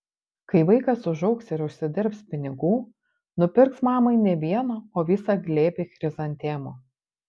kai vaikas užaugs ir užsidirbs pinigų nupirks mamai ne vieną o visą glėbį chrizantemų